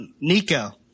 Nico